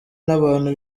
n’abantu